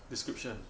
description